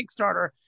Kickstarter